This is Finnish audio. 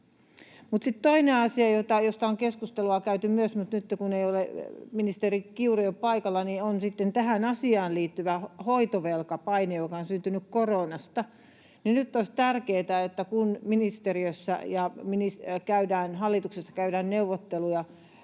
toinen asia, josta myös on keskustelua käyty — mutta nyt ministeri Kiuru ei ole paikalla — on sitten tähän asiaan liittyvä hoitovelkapaine, joka on syntynyt koronasta. Nyt olisi tärkeätä, että kun ministeriössä ja hallituksessa käydään neuvotteluja